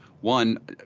One